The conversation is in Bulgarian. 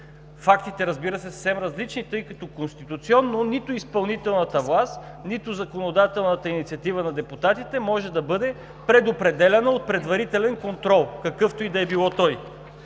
Фактите, разбира се, са съвсем различни, тъй като конституционно нито изпълнителната власт, нито законодателната инициатива на депутатите може да бъде предопределяна от предварителен контрол, какъвто и да бил той.